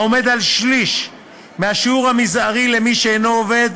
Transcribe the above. העומד על שליש מהשיעור המזערי למי שאינו עובד,